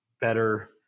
better